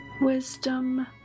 wisdom